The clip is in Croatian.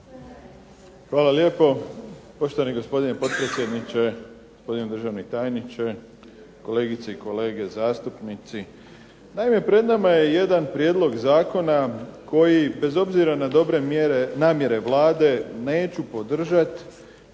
Hvala lijepo. Poštovani gospodine potpredsjedniče, gospodine državni tajniče, kolegice i kolege zastupnici. Naime, pred nama je jedan prijedlog zakona koji bez obzira na dobre namjere Vlade neću podržati